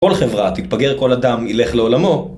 כל חברה, תתפגר כל אדם, ילך לעולמו